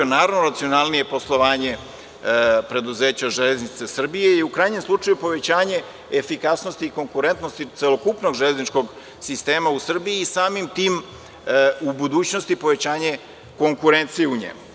Naravno, racionalnije poslovanje preduzeća „Železnice Srbije“ i u krajnjem slučaju povećanje efikasnosti i konkurentnosti celokupnog železničkog sistema u Srbiji i samim tim u budućnosti povećanje konkurencije u njemu.